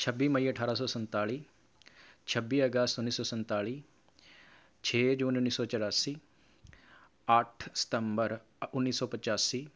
ਛੱਬੀ ਮਈ ਅਠਾਰ੍ਹਾਂ ਸੌ ਸੰਤਾਲੀ ਛੱਬੀ ਅਗਸਤ ਉੱਨੀ ਸੌ ਸੰਤਾਲੀ ਛੇ ਜੂਨ ਉੱਨੀ ਸੌ ਚੁਰਾਸੀ ਅੱਠ ਸਤੰਬਰ ਉੱਨੀ ਸੌ ਪਚਾਸੀ